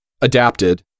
adapted